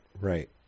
Right